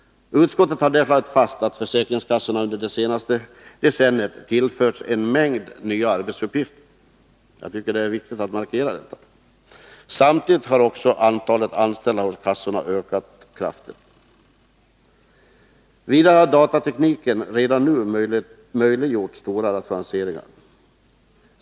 Utskottet har där slagit fast att försäkringskassorna under det senaste decenniet tillförts en mängd nya arbetsuppgifter. Jag tycker att det är viktigt att markera detta. Samtidigt har antalet anställda inom försäkringskassorna ökat mycket kraftigt. Vidare har datatekniken redan nu möjliggjort stora rationaliseringar.